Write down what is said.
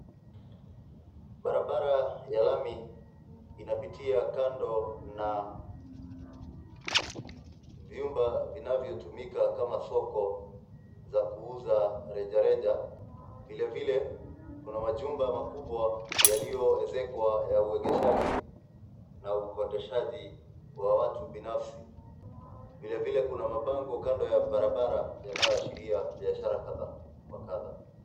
Barabara ya lami inapitia kando na vyumba vinavyotumika kama soko za kuuza rejareja. Vile vile kuna majumba makubwa yaliyoezekwa ya uwegeshaji na ukodeshaji wa watu binafsi. Vile vile kuna mabango kando ya barabara yanayoashiria biashara kadha wa kadha.